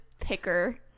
picker